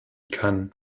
kann